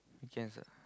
weekends ah